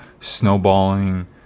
snowballing